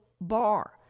bar